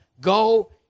go